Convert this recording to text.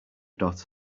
dot